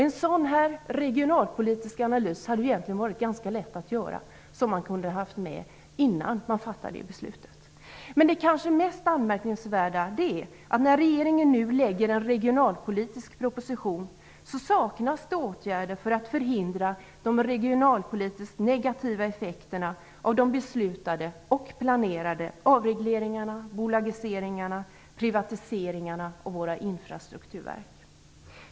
En sådan här regionalpolitisk analys hade egentligen varit ganska lätt att göra, och man kunde ha haft med den innan man fattade beslutet. Det kanske mest anmärkningsvärda är dock att det, när regeringen nu lägger fram en regionalpolitisk proposition, saknas åtgärder för att förhindra de regionalpolitiskt negativa effekterna av de beslutade och planerade avregleringarna, bolagiseringarna och privatiseringarna av våra infrastrukturverk.